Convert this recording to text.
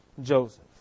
Joseph